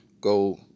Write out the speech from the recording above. go